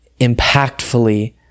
impactfully